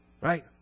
Right